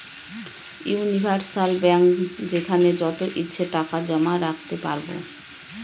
universal bank যেখানে যত ইচ্ছে টাকা জমা রাখতে পারবো